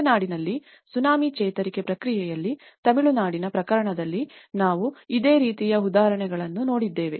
ತಮಿಳುನಾಡಿನಲ್ಲಿ ಸುನಾಮಿ ಚೇತರಿಕೆ ಪ್ರಕ್ರಿಯೆಯಲ್ಲಿ ತಮಿಳುನಾಡಿನ ಪ್ರಕರಣದಲ್ಲಿ ನಾವು ಇದೇ ರೀತಿಯ ಉದಾಹರಣೆಗಳನ್ನು ನೋಡಿದ್ದೇವೆ